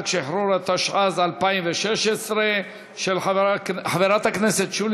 אם כן, חברי הכנסת, 26 בעד, אין מתנגדים, שני